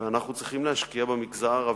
ואנחנו צריכים להשקיע במגזר הערבי,